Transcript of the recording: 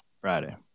Friday